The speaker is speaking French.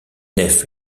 nefs